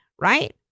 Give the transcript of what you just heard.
right